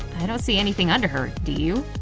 i don't see anything under her, do you?